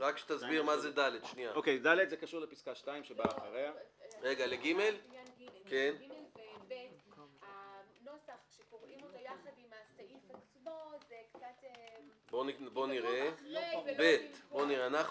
הבא שבפסקה 4(2). הוא אומר את